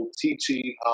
teaching